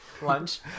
lunch